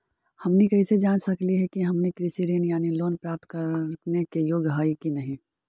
हमनी कैसे जांच सकली हे कि हमनी कृषि ऋण यानी लोन प्राप्त करने के योग्य हई कि नहीं?